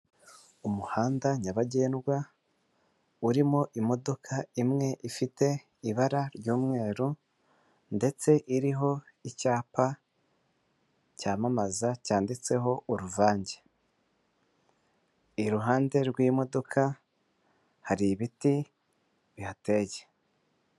Umuhanda nyabagendwa urimo imodoka imwe ifite ibara ry'umweru ndetse iriho icyapa cyamamaza cyanditseho uruvange, iruhande rw'imodoka hari ibiti bihateye.